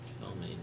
filming